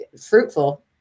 fruitful